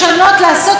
למה הכוונה אין תקצוב?